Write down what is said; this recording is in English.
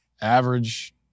average